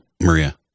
Maria